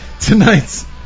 Tonight's